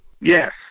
Yes